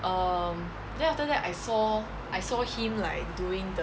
um then after that I saw I saw him like doing the